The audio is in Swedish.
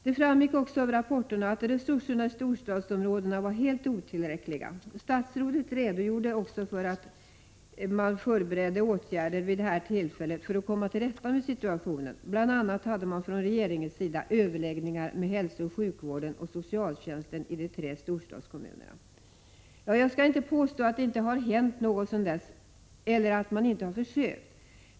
Det framgick också av rapporten att resurserna i storstadsområdena var helt otillräckliga. Statsrådet redogjorde också för de åtgärder som man förberedde vid detta tillfälle för att komma till rätta med situationen. Regeringen hade bl.a. överläggningar med hälsooch sjukvården och med socialtjänsten i de tre storstadskommunerna. Jag skall inte påstå att det inte har hänt något sedan dess eller att man inte har försökt.